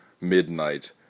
midnight